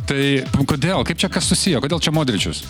tai kodėl kaip čia kas susiję kodėl čia modričius